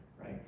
right